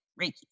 Reiki